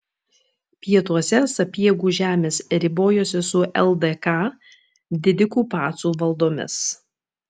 pietuose sapiegų žemės ribojosi su ldk didikų pacų valdomis